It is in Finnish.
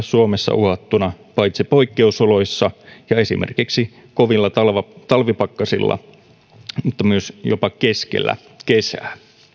suomessa uhattuna paitsi poikkeusoloissa ja esimerkiksi kovilla talvipakkasilla myös jopa keskellä kesää